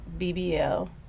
BBL